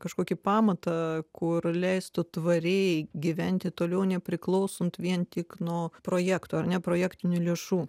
kažkokį pamatą kur leistų tvariai gyventi toliau nepriklausant vien tik nuo projektų ar ne projektinių lėšų